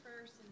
first